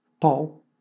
Paul